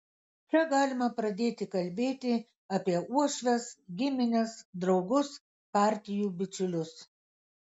čia galima pradėti kalbėti apie uošves gimines draugus partijų bičiulius